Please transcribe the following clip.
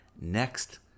Next